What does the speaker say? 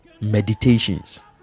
Meditations